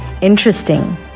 Interesting